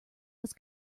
was